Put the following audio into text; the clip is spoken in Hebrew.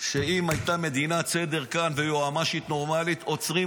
שאם הייתה מדינת סדר כאן ויועמ"שית נורמלית היו